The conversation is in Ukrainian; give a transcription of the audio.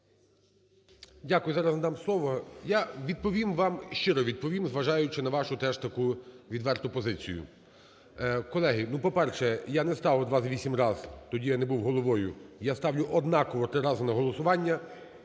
Дякую. Зараз надам слово. Я відповім вам, щиро відповім, зважаючи на вашу теж таку відверту позицію. Колеги, ну, по-перше, я не ставив 28 раз, тоді я не був Головою. Я ставлю однаково три рази на голосування